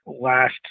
last